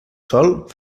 sol